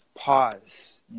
pause